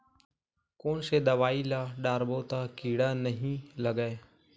कोन से दवाई ल डारबो त कीड़ा नहीं लगय?